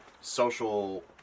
social